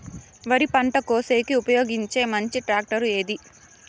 వరి పంట కోసేకి ఉపయోగించే మంచి టాక్టర్ ఏది?